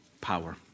power